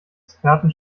experten